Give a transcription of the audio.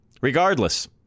Regardless